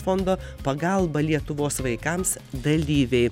fondo pagalba lietuvos vaikams dalyviai